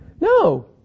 no